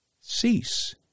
cease